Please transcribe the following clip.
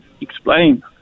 explain